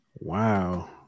Wow